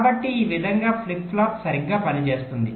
కాబట్టి ఈ విధంగా ఫ్లిప్ ఫ్లాప్ సరిగ్గా పని చేస్తుంది